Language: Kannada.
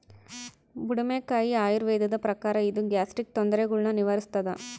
ಬುಡುಮೆಕಾಯಿ ಆಯುರ್ವೇದದ ಪ್ರಕಾರ ಇದು ಗ್ಯಾಸ್ಟ್ರಿಕ್ ತೊಂದರೆಗುಳ್ನ ನಿವಾರಿಸ್ಥಾದ